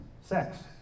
sex